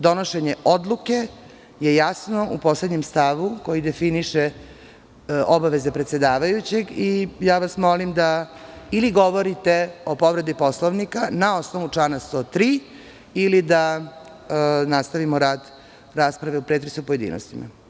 Donošenje odluke je jasno u poslednjem stavu koji definiše obaveze predsedavajućeg i molim vas da ili govorite o povredi Poslovnika na osnovu člana 103, ili da nastavimo rad rasprave o pretresu u pojedinostima.